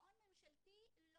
מעון ממשלתי,